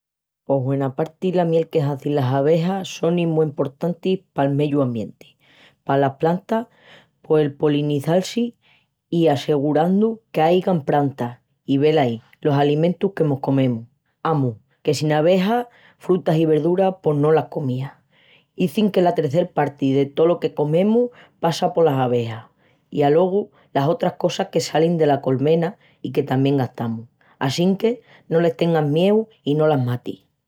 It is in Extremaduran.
Pos hueraparti la miel que hazin las abejas sonin mu emportantis pal meyu ambienti, palas plantas poel polinizal-si i assegurandu que aigan prantas i, velaí, los alimentus que mos comemus. Amus, que sin abejas, fruta i verdura pos no la comías. Izin que la tercel parti de tolo que comemus passa polas abejas. I alogu los otras cosas que salin dela colmena i que tamién gastamus. Assinque no les tengas mieu i no las matis!